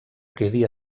quedi